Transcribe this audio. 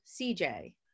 CJ